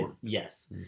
yes